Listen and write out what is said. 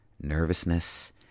nervousness